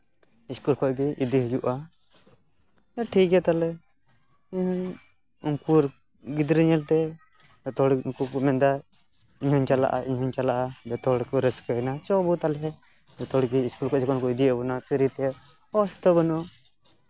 school ᱠᱚᱨᱮ ᱜᱮ ᱤᱫᱤ ᱦᱩᱭᱩᱜᱼᱟ ᱛᱟᱦᱞᱮ ᱴᱷᱤᱠ ᱜᱮᱭᱟ ᱛᱟᱦᱞᱮ ᱤᱧ ᱩᱱᱠᱩᱨ ᱜᱤᱫᱽᱨᱟᱹ ᱧᱮᱞᱛᱮ ᱡᱚᱛᱚ ᱦᱚᱲ ᱩᱱᱠᱩ ᱠᱚ ᱢᱮᱱᱫᱟ ᱤᱧ ᱦᱚᱸᱧ ᱪᱟᱞᱟᱜᱼᱟ ᱤᱧ ᱦᱚᱸᱧ ᱪᱟᱞᱟᱜᱼᱟ ᱡᱚᱛᱚ ᱦᱚᱲ ᱠᱚ ᱨᱟᱹᱥᱠᱟᱹᱭᱮᱱᱟ ᱪᱚ ᱵᱚᱱ ᱛᱟᱦᱞᱮ ᱡᱚᱛᱚᱦᱚᱲ ᱜᱮ ᱤᱥᱠᱩᱞ ᱠᱚ ᱡᱚᱠᱷᱚᱱ ᱠᱚ ᱤᱫᱤᱭᱮᱫᱵᱚᱱᱟ ᱯᱷᱤᱨᱤᱛᱮ ᱚᱵᱚᱥᱛᱷᱟ ᱵᱟᱹᱱᱩᱜᱼᱟ